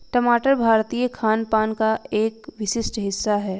टमाटर भारतीय खानपान का एक विशिष्ट हिस्सा है